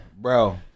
Bro